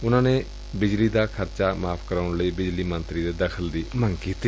ਉਨੂਾ ਨੇ ਬਿਜਲੀ ਦਾ ਖਰਚਾ ਮਾਫ਼ ਕਰਾਉਣ ਲਈ ਬਿਜਲੀ ਮੰਤਰੀ ਦੇ ਦਖ਼ਲ ਦੀ ਮੰਗ ਕੀਤੀ